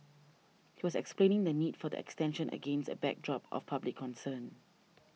he was explaining the need for the extension against a backdrop of public concern